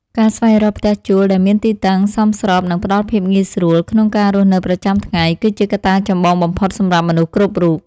ការស្វែងរកផ្ទះជួលដែលមានទីតាំងសមស្របនិងផ្តល់ភាពងាយស្រួលក្នុងការរស់នៅប្រចាំថ្ងៃគឺជាកត្តាចម្បងបំផុតសម្រាប់មនុស្សគ្រប់រូប។